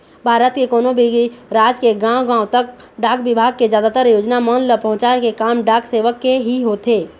भारत के कोनो भी राज के गाँव गाँव तक डाक बिभाग के जादातर योजना मन ल पहुँचाय के काम डाक सेवक के ही होथे